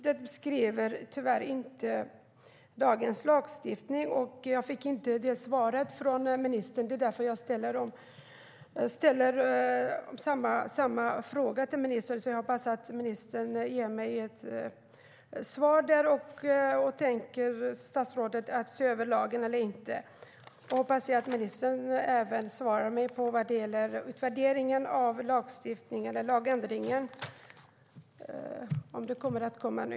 Det beskriver tyvärr inte dagens lagstiftning. Jag fick inte något svar från ministern. Det är därför jag ställer samma fråga till ministern. Jag hoppas att ministern ger mig ett svar. Tänker statsrådet se över lagen eller inte? Jag hoppas att ministern även svarar mig vad gäller utvärderingen av lagändringen och om den kommer att komma nu.